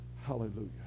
Hallelujah